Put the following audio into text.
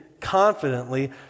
confidently